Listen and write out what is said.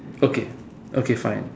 okay okay fine